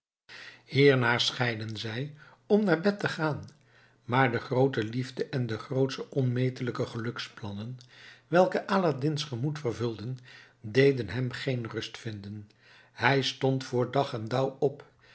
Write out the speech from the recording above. hierna scheidden zij om naar bed te gaan maar de groote liefde en de grootsche onmetelijke geluksplannen welke aladdin's gemoed vervulden deden hem geen rust vinden hij stond voor dag en dauw op